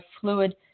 fluid